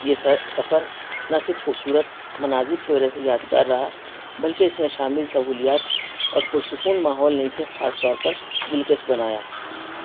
یہ س سفر نہ صرف خوبصورت مناظر کی وجہ سے یادگار رہا بلکہ اس میں شامل سہولیات اور پرسکون ماحول نے اسے خاص طور پر دلکش بنایا